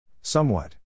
Somewhat